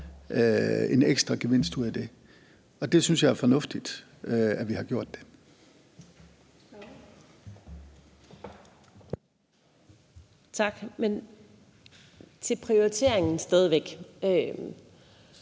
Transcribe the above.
en ekstra gevinst ud af det. Og det synes jeg er fornuftigt at vi har gjort. Kl. 16:59 Den fg. formand (Birgitte